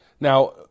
Now